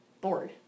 bored